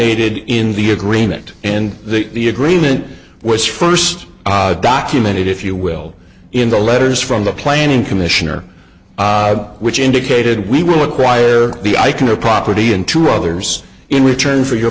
ted in the agreement and that the agreement was first documented if you will in the letters from the planning commissioner which indicated we will acquire the i can of property and to others in return for your